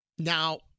Now